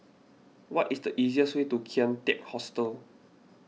what is the easiest way to Kian Teck Hostel